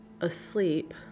asleep